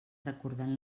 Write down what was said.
recordant